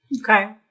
Okay